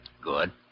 Good